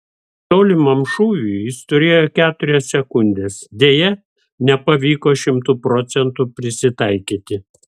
tolimam šūviui jis turėjo keturias sekundes deja nepavyko šimtu procentų prisitaikyti